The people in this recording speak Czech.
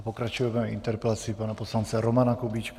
Pokračujeme interpelací pana poslance Romana Kubíčka.